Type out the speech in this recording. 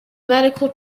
medical